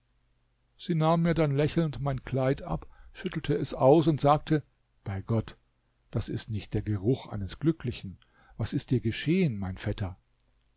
sie nahm mir dann lächelnd mein kleid ab schüttelte es aus und sagte bei gott das ist nicht der geruch eines glücklichen was ist dir geschehen mein vetter